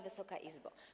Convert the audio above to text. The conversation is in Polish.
Wysoka Izbo!